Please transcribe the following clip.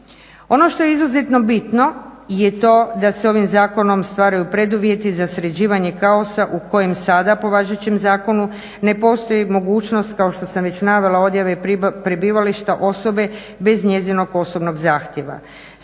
Ono što je izuzetno bitno je to da se ovim zakonom stvaraju preduvjeti za sređivanje kaosa u kojem sada po važećem zakonu ne postoji mogućnost kao što sam već navela odjave prebivališta osobe bez njezinog osobnog zahtjeva.